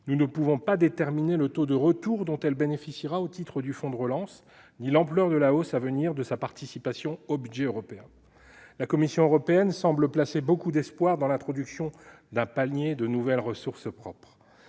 nous ne pouvons pas déterminer le taux de retour dont elle bénéficiera au titre du fonds de relance ni l'ampleur de la hausse à venir de sa participation au budget européen. La Commission européenne semble placer beaucoup d'espoir dans l'introduction d'un panier de nouvelles ressources propres.